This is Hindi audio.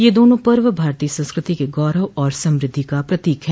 यह दोनों पर्व भारतीय संस्कृति के गौरव और समृद्धि का प्रतीक है